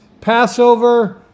Passover